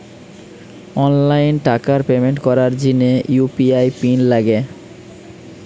online টাকার payment করার জিনে ইউ.পি.আই পিন লাগে